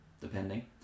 depending